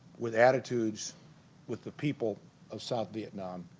with attitudes with the people of south vietnam